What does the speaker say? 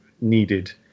needed